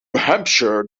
hampshire